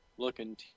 looking